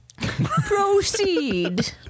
Proceed